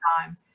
time